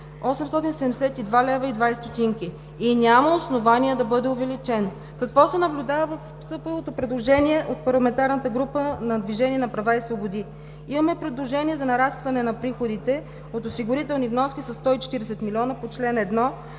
872,20 лв. и няма основание да бъде увеличен. Какво се наблюдава в постъпилото предложение от парламентарната група „Движение за права и свободи“? Имаме предложение за нарастване на приходите от осигурителни вноски със 140 млн. лв. по чл. 1,